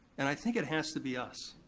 and i think it has to be us.